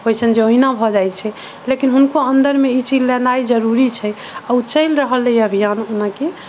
होइ छनि जे ओहिना भऽ जाइ छै लेकिन हुनका अन्दर मे ई चीज लेनाइ जरूरी छै आ ओ चलि रहले है अभियान जेना की